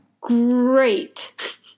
Great